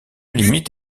limite